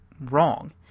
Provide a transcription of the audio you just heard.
wrong